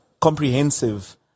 comprehensive